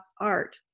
art